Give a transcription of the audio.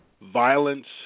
Violence